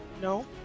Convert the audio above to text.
No